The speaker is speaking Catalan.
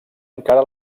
encara